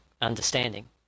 understanding